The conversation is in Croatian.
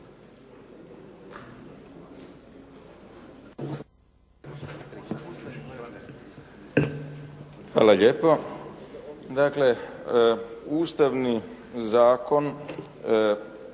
Hvala lijepo. Dakle, Ustavni zakon